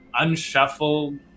unshuffled